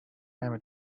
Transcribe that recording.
کمه